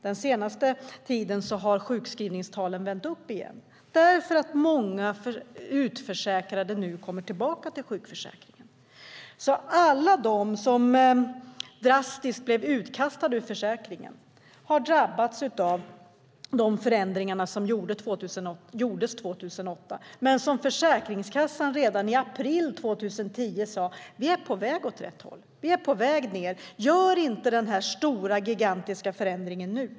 Dock har sjukskrivningstalen vänt upp igen den senaste tiden eftersom många utförsäkrade kommer tillbaka till sjukförsäkringen. Alla de som drastiskt blev utkastade ur försäkringen har drabbats av de förändringar som gjordes 2008. Försäkringskassan sade redan i april 2010: Vi är på väg åt rätt håll. Vi är på väg ned. Gör inte den här gigantiska förändringen nu.